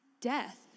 death